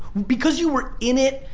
because you were in it,